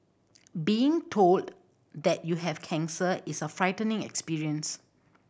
being told that you have cancer is a frightening experience